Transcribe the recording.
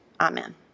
Amen